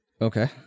Okay